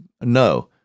no